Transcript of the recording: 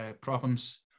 problems